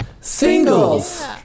Singles